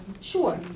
Sure